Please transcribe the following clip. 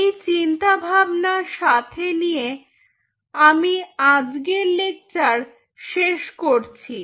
এই চিন্তা ভাবনা সাথে নিয়ে আমি আজকের লেকচার শেষ করছি